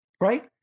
Right